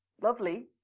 lovely